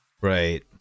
Right